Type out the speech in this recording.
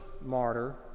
martyr